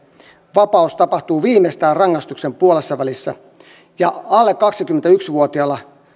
vapautus tapahtuu viimeistään rangaistuksen puolessavälissä ja alle kaksikymmentäyksi vuotias